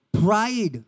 pride